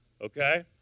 okay